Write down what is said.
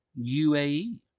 UAE